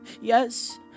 Yes